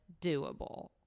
doable